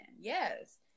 yes